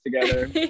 together